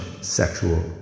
sexual